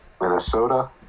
Minnesota